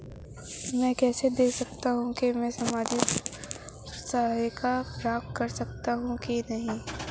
मैं कैसे देख सकता हूं कि मैं सामाजिक सहायता प्राप्त करने योग्य हूं या नहीं?